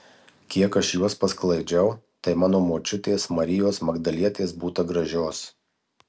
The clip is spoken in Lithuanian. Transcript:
kiek aš juos pasklaidžiau tai mano močiutės marijos magdalietės būta gražios